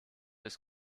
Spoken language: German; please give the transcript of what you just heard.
ist